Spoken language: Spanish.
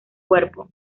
cuerpo